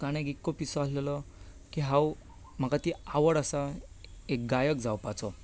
गाण्याक इतलो पिसो आशिल्लो की हांव म्हाका ती आवड आसां एक गायक जावपाचो